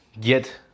get